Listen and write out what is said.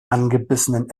angebissenen